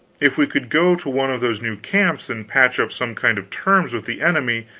if we could go to one of those new camps and patch up some kind of terms with the enemy